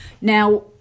Now